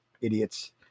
idiots